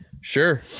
Sure